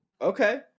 Okay